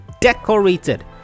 decorated